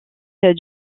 fils